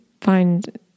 find